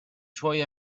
suoi